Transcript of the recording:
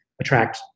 attract